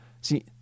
See